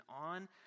on